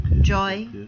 joy